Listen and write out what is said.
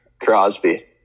Crosby